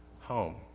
home